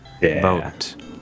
Vote